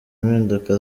mpinduka